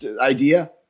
idea